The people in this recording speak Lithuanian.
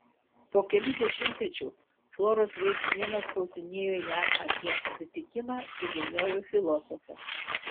po kelių dešimtmečių floros veis sūnėnas klausinėjo ją apie susitikimą su žymiuoju filosofu